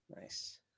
nice